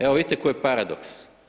Evo, vidite koji paradoks.